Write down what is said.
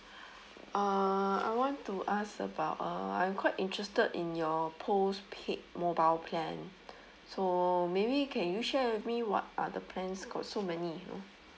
uh I want to ask about uh I'm quite interested in your postpaid mobile plan so maybe can you share with me what are the plans got so many you know